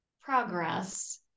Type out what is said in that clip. progress